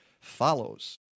follows